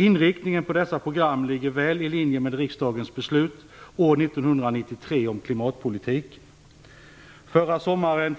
Inriktningen på dessa program ligger väl i linje med riksdagens beslut år 1993 om klimatpolitiken. Förra sommaren